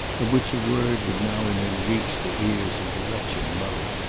of which a word would now and then reach the ears of the wretched mother.